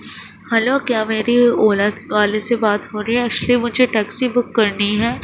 hello کیا میری اولا والے سے بات ہو رہی ہے ایکچولی مجھے ٹیکسی بک کرنی ہے